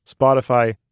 Spotify